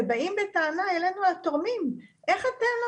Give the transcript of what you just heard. ובאים בטענה אלינו התורמים שאנחנו לא